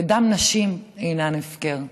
ודם נשים אינו הפקר.